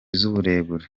z’uburebure